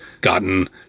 gotten